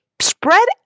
spread